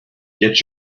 get